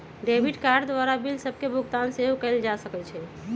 debit card द्वारा bill सभके भुगतान सेहो कएल जा सकइ छै